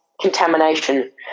Contamination